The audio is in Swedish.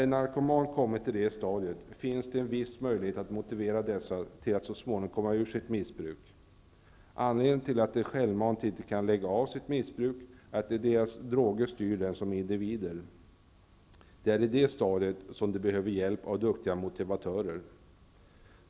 När narkomaner kommit i det stadiet, finns det en viss möjlighet att motivera dem till att så småningom komma ur sitt missbruk. Anledningen till att de inte självmant kan lägga av sitt missbruk är att deras droger styr dem som individer. De är i det stadiet att de behöver hjälp av duktiga motivatörer.